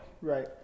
Right